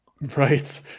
Right